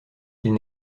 qu’il